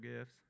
gifts